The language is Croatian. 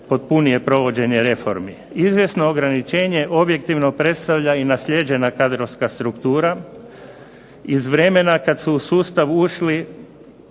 potpunije provođenje reformi. Izvjesno ograničenje objektivno predstavlja i naslijeđena kadrovska struktura, iz vremena kad su u sustav ušli